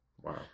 Wow